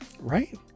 right